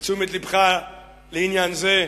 את תשומת לבך לעניין זה.